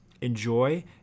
Enjoy